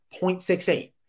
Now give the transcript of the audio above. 0.68